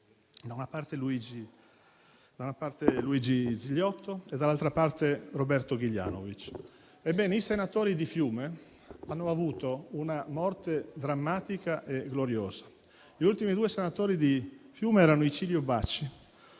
da una parte, Luigi Ziliotto e, dall'altra, Roberto Ghiglianovich. Ebbene, i senatori di Fiume hanno avuto una morte drammatica e gloriosa. Gli ultimi due senatori di Fiume erano Icilio Bacci,